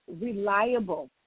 reliable